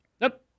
Nope